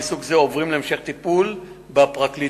חבר הכנסת דוד אזולאי ביקש לדון בפרסום דברי